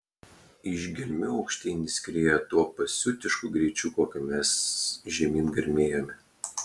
iš gelmių aukštyn jis skriejo tuo pasiutišku greičiu kokiu mes žemyn garmėjome